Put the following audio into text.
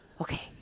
Okay